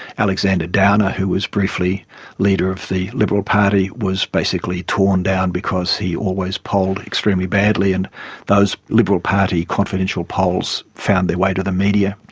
alexander downer, who was briefly leader of the liberal party, was basically torn down because he always polled extremely badly and those liberal party confidential polls found their way to the media.